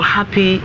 Happy